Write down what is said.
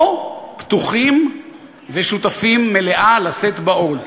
או פתוחים ושותפים מלאים לשאת בעול.